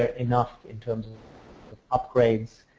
ah enough in terms of upgrades,